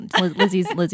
Lizzie's